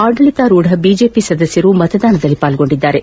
ಆಡಳಿತಾರೂಢ ಬಿಜೆಪಿ ಸದಸ್ಕರು ಮತದಾನದಲ್ಲಿ ಪಾಲ್ಗೊಂಡಿದ್ದಾರೆ